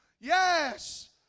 Yes